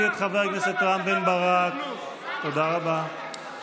חבר הכנסת רם בן ברק, קריאה שלישית.